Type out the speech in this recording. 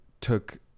took